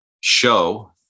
show